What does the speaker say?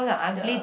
the